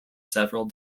several